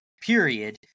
period